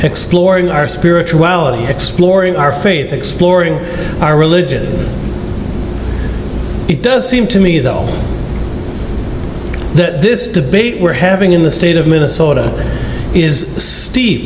exploring our spirituality exploring our faith exploring our religion it does seem to me that this debate we're having in the state of minnesota is ste